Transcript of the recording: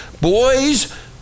boys